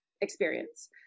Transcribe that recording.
experience